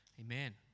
Amen